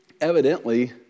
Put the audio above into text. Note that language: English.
Evidently